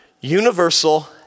universal